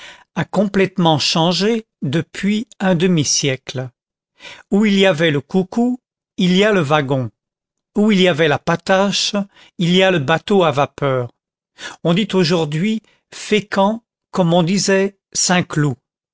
a complètement changé depuis un demi-siècle où il y avait le coucou il y a le wagon où il y avait la patache il y a le bateau à vapeur on dit aujourd'hui fécamp comme on disait saint-cloud